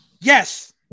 yes